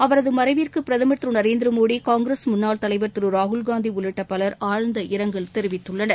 அவரது மறைவிற்கு பிரதமர் திரு நரேந்திரமோடி காங்கிரஸ் முன்னாள் தலைவர் திரு ராகுல்காந்தி உள்ளிட்ட பலர் ஆழ்ந்த இரங்கல் தெரிவித்துள்ளனர்